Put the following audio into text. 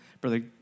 Brother